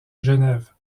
genève